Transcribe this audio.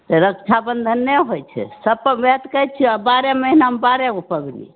तऽ रक्षाबन्धन नहि होइ छै सभपर ओहए तऽ कहै छियौ बारह महीनामे बारह गो पाबनि